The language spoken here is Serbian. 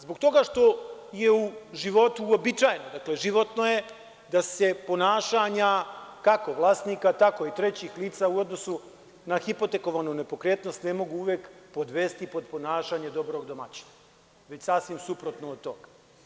Zbog toga što je u životu uobičajeno, dakle životno je da se ponašanja kako vlasnika, tako i trećih lica u odnosu na hipotekovanu nepokretnost ne mogu uvek podvesti pod ponašanje dobrog domaćina, već sasvim suprotno od toga.